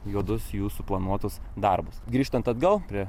juodus jų suplanuotus darbus grįžtant atgal prie